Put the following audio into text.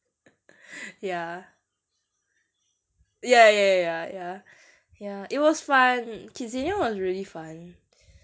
ya ya ya ya ya ya ya it was fun kidzania was really fun